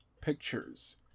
Pictures